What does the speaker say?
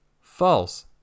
false